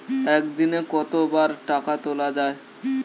একদিনে কতবার টাকা তোলা য়ায়?